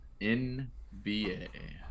NBA